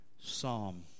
psalm